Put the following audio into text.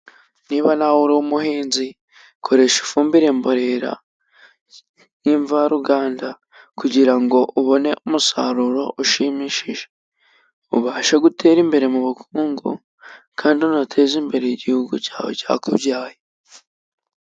Niba nawe uri umuhinzi koresha ifumbire mborera nk'imvaruganda kugirango ngo ubone umusaruro ushimishije, ubashe gutera imbere mu bukungu, kandi uteze imbere igihugu cyawe cyakubyaye.